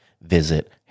visit